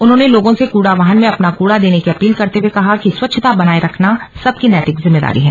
उन्होंने लोगों से कूड़ा वाहन में अपना कूड़ा देने की अपील करते हुए कहा कि स्वच्छता बनाये रखना सबकी नैतिक जिम्मेदारी है